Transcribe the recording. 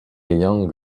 young